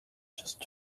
just